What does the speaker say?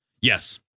Yes